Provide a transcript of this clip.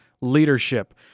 leadership